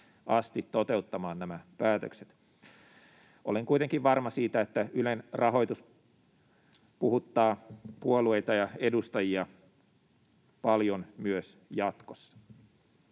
asti toteuttamaan nämä päätökset. Olen kuitenkin varma siitä, että Ylen rahoitus puhuttaa puolueita ja edustajia paljon myös jatkossa.